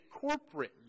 corporate